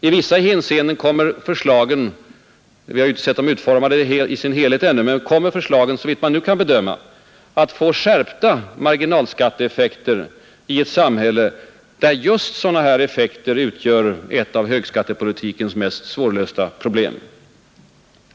I vissa hänseenden kommer förslagen såvitt man nu kan bedöma — vi har inte sett dem utformade i sin helhet ännu — att få skärpta marginalskatteeffekter i ett samhälle där just sådana effekter utgör ett av högskattepolitikens mest svårlösta problem.